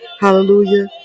hallelujah